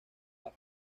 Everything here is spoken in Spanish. las